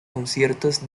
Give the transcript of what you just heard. conciertos